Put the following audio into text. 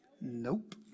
Nope